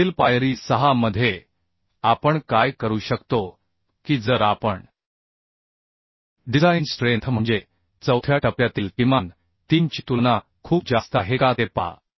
पुढील पायरी 6 मध्ये आपण काय करू शकतो की जर आपण डिझाइन स्ट्रेंथ म्हणजे चौथ्या टप्प्यातील किमान 3 ची तुलना खूप जास्त आहे का ते पहा